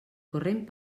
corrent